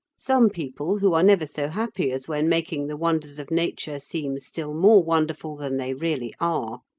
some people, who are never so happy as when making the wonders of nature seem still more wonderful than they really are,